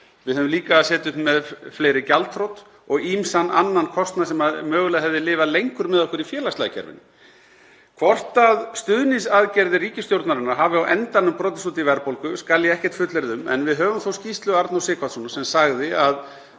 Við hefðum líka að setið uppi með fleiri gjaldþrot og ýmsan annan kostnað sem mögulega hefði lifað lengur með okkur í félagslega kerfinu. Hvort stuðningsaðgerðir ríkisstjórnarinnar hafi á endanum brotist út í verðbólgu skal ég ekkert fullyrða um. En við höfum þó skýrslu Arnórs Sighvatssonar sem sagði að